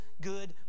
good